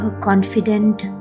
confident